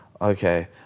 okay